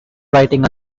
writing